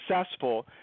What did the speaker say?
successful